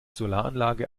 solaranlage